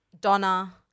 Donna